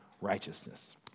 righteousness